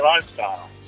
lifestyle